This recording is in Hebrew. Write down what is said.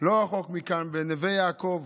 לא רחוק מכאן, בנווה יעקב.